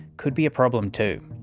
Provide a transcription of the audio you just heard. could be a problem too.